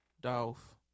Dolph